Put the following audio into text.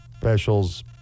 specials